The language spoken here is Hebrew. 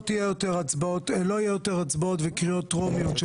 לא יהיו יותר הצבעות וקריאות טרומיות של